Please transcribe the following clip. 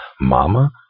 Mama